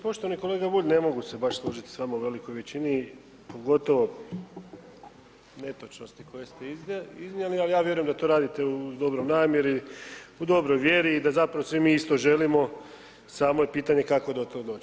Poštovani kolega Bulj ne mogu se baš složiti s vama u velikoj većini, pogotovo netočnosti koje ste iznijeli, ali ja vjerujem da to radite u dobroj namjeri, u dobroj vjeri i da zapravo svi mi isto želimo samo je pitanje kako do tog doći.